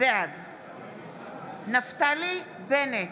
בעד נפתלי בנט,